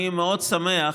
אני מאוד שמח,